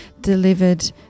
delivered